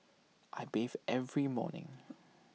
I bathe every morning